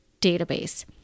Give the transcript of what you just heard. database